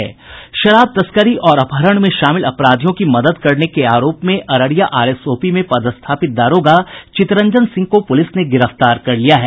शराब तस्करी और अपहरण में शामिल अपराधियों की मदद करने के आरोप में अररिया आरएस ओपी में पदस्थापित दारोगा चितरंजन सिंह को पुलिस ने गिरफ्तार कर लिया है